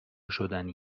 شدنی